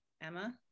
Emma